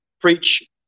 Preach